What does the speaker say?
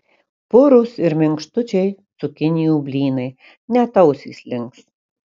purūs ir minkštučiai cukinijų blynai net ausys links